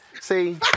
See